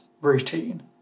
routine